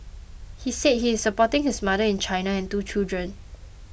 he said he is supporting his mother in China and two children